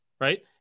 right